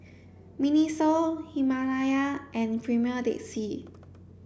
Miniso Himalaya and Premier Dead Sea